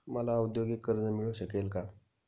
मला औद्योगिक कर्ज मिळू शकेल का?